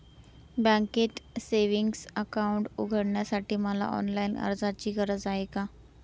बँकेत savings account उघडण्यासाठी मला ऑनलाईन अर्जाची गरज आहे का?